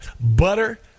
Butter